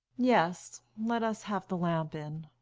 yes let us have the lamp in.